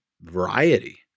variety